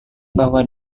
bahwa